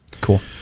cool